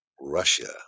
Russia